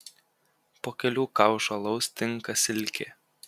po kelių kaušų alaus tinka silkė